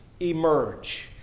emerge